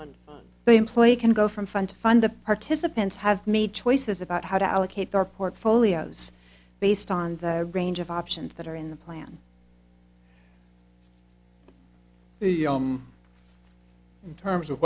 on the employee can go from fun to fund the participants have made choices about how to allocate their portfolios based on the range of options that are in the plan in terms of